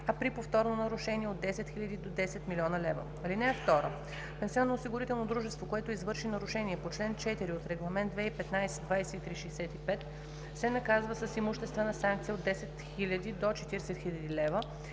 а при повторно нарушение – от 10 000 до 10 000 000 лв. (2) Пенсионноосигурително дружество, което извърши нарушение на чл. 4 от Регламент (ЕС) № 2015/2365, се наказва с имуществена санкция от 10 000 до 40 000 лв.,